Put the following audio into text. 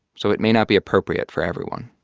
so it may not be appropriate for everyone.